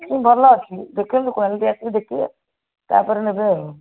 ଭଲ ଅଛି ଦେଖନ୍ତୁ କ୍ଵାଲିଟି ଆସିକି ଦେଖିବେ ତା'ପରେ ନେବେ ଆଉ